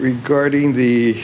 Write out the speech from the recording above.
regarding the